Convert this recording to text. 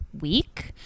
week